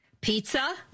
Pizza